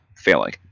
failing